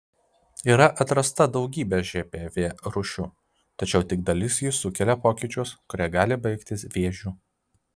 yra atrasta daugybė žpv rūšių tačiau tik dalis jų sukelia pokyčius kurie gali baigtis vėžiu